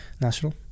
National